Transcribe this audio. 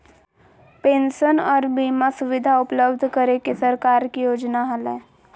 pension आर बीमा सुविधा उपलब्ध करे के सरकार के योजना हलय